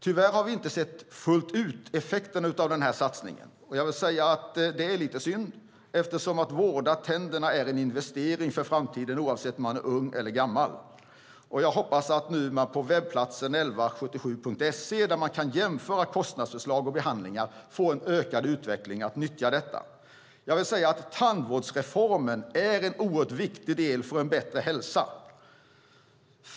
Tyvärr har vi inte sett effekterna av satsningen fullt ut. Det är lite synd eftersom det är en investering för framtiden att vårda sina tänder oavsett om man är ung eller gammal. Jag hoppas att man nu på webbplatsen 1177.se, där man kan man jämföra kostnadsförslag och behandlingar, får en ökad utveckling när det gäller att människor nyttjar detta. Tandvårdsreformen är en oerhört viktig del för en bättre hälsa.